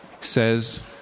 says